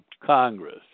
Congress